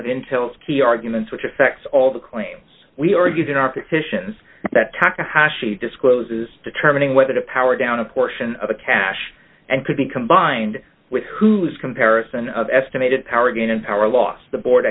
intel's key arguments which affects all the claims we are using our petitions that takahashi discloses determining whether to power down a portion of the cash and could be combined with who's comparison of estimated power gain in power loss the board